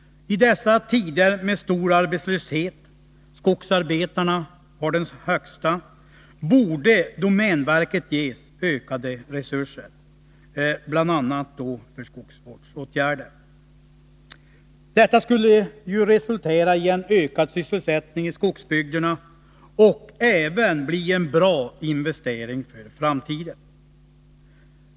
I dessa tider med stor arbetslöshet — skogsarbetarna har den högsta — borde domänverket ges ökade resurser, bl.a. då för skogsvårdsåtgärder. Detta skulle ju resultera i en ökad sysselsättning i skogsbygderna och även bli en bra investering för framtiden.